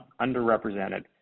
underrepresented